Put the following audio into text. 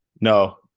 No